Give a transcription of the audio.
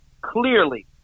clearly